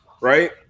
Right